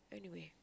anyway